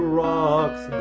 rocks